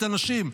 את הנשים,